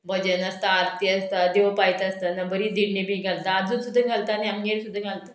भजन आसता आरती आसता देव पायता आसतना बरी धिंडी बी घालता आजून सुद्दां घालता आनी आमगेर सुद्दां घालता